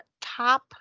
top